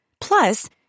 Plus